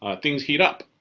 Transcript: ah things heat up.